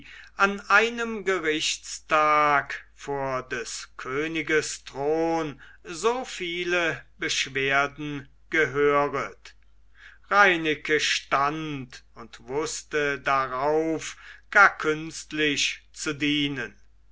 an einem gerichtstag vor des königes thron so viele beschwerden gehöret reineke stand und wußte darauf gar künstlich zu dienen